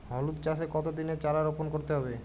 হলুদ চাষে কত দিনের চারা রোপন করতে হবে?